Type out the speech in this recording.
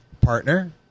partner